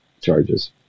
charges